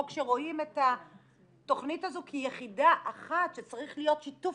או שרואים את התכנית הזו כיחידה אחת שצריך להיות שיתוף